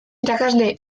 irakasle